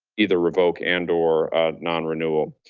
either revoke and or non-renewal.